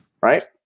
Right